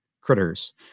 critters